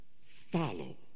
follow